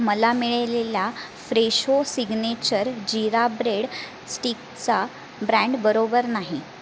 मला मिळालेला Fresho signature jeera bread स्टिकचा ब्रँड बरोबर नाही